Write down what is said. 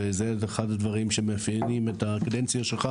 וזה אחד הדברים שמאפיינים את הקדנציה שלך